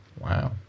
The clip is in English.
Wow